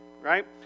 right